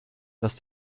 dass